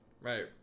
right